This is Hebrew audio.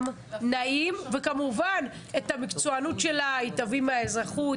נעים וכמובן את המקצוענות שלה היא תביא מהאזרחות,